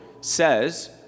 says